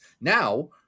Now